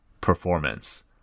performance